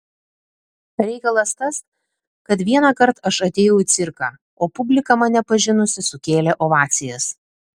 reikalas tas kad vienąkart aš atėjau į cirką o publika mane pažinusi sukėlė ovacijas